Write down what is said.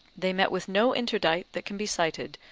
they met with no interdict that can be cited,